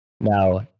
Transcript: Now